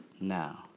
now